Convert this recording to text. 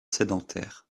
sédentaire